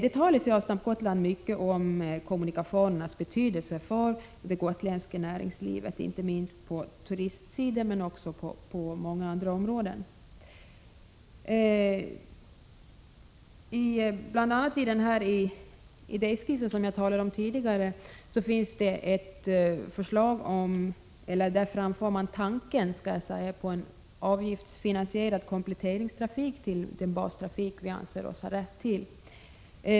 I Avstamp Gotland talas det mycket om kommunikationernas betydelse för det gotländska näringslivet, inte minst på turismens område men också på många andra områden. I den idéskiss som jag tidigare talade om framförs bl.a. tanken på en avgiftsfinansierad komplettering till den bastrafik som vi anser oss ha rätt till.